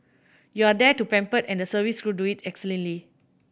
you are there to pampered and the service crew do it excellently